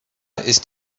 ist